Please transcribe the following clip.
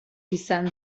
izan